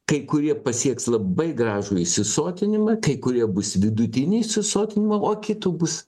kai kurie pasieks labai gražų įsisotinimą kai kurie bus vidutinį įsisotinimą o kitų bus